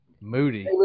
Moody